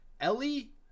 Ellie